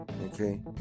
Okay